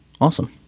Awesome